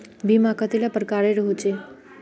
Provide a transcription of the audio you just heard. बीमा कतेला प्रकारेर होचे?